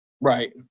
Right